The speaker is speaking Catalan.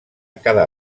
cada